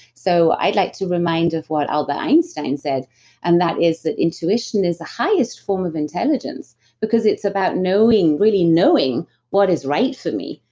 so, i'd like to remind of what albert einstein said and that is that intuition is a highest form of intelligence because it's about knowing, really knowing what is right for me.